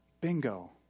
bingo